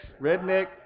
Redneck